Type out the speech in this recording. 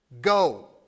Go